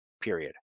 period